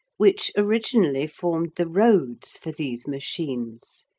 which originally formed the roads for these machines,